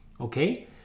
okay